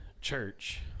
church